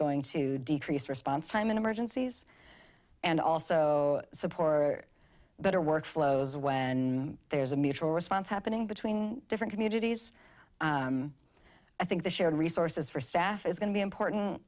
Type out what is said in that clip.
going to decrease response time in emergencies and also support better workflows when there's a mutual response happening between different communities i think the shared resources for staff is going to be important